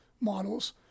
models